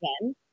again